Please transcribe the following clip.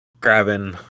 grabbing